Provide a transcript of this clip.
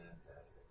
Fantastic